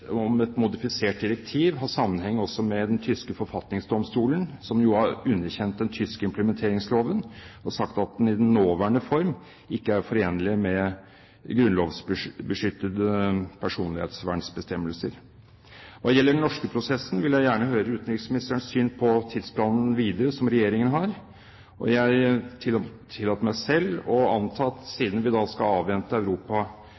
direktiv også har sammenheng med den tyske forfatningsdomstolen, som jo har underkjent den tyske implementeringsloven og sagt at den i den nåværende form ikke er forenlig med grunnlovsbeskyttede personvernsbestemmelser. Hva gjelder den norske prosessen, vil jeg gjerne høre utenriksministerens syn på den tidsplanen Regjeringen har videre. Jeg tillater meg selv å anta